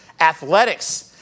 athletics